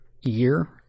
year